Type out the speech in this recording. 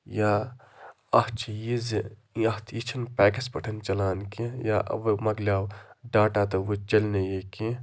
یا اَتھ چھِ یہِ زِ یَتھ یہِ چھِنہٕ پیکَس پٮ۪ٹھ چلان کیٚنٛہہ یا اَوَے مَکلیو ڈاٹا تہٕ وۄنۍ چَلہِ نہٕ یہِ کیٚنٛہہ